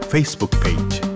Facebook-page